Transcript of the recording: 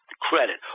credit